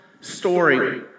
story